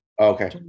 Okay